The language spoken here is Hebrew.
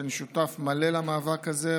שאני שותף מלא למאבק הזה.